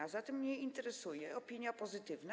A zatem mnie interesuje opinia pozytywna.